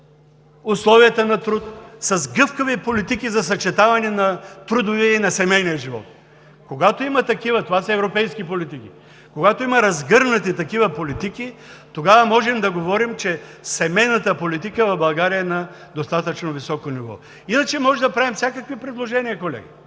с условията на труд, с гъвкави политики за съчетаване на трудовия и на семейния живот. Когато има такива европейски политики, когато има разгърнати такива политики, тогава можем да говорим, че семейната политика в България е на достатъчно високо ниво. Иначе може да правим всякакви предложения, колеги.